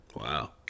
wow